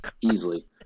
easily